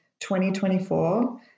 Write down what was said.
2024